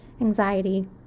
Anxiety